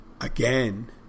again